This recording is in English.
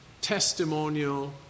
testimonial